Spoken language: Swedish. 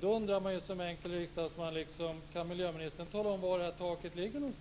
Då undrar jag som enkel riksdagsman: Kan miljöministern tala om var det här taket ligger?